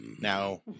Now